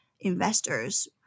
investors